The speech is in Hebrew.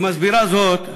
היא מסבירה זאת במשל,